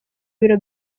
biro